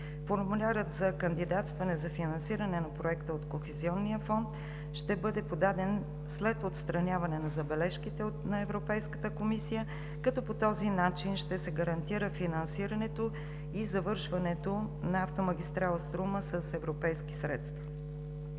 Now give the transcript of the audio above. Формулярът за кандидатстване за финансиране на проекта от Кохезионния фонд ще бъде подаден след отстраняване на забележките на Европейската комисия, като по този начин ще се гарантира финансирането и завършването на автомагистрала „Струма“ с европейски средства.